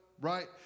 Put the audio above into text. right